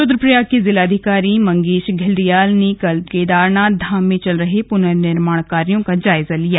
रुद्वप्रयाग के जिलाधिकारी मंगेश धिल्डियाल ने कल केदारनाथ धाम में चल रहे प्नर्निर्माण कार्यों का जायजा लिया गया